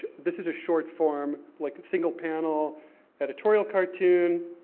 this is a short form, like, single panel editorial cartoon.